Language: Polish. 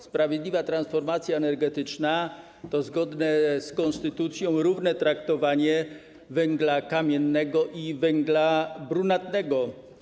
Sprawiedliwa transformacja energetyczna to zgodne z konstytucją, równe traktowanie węgla kamiennego i węgla brunatnego.